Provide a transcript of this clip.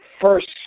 first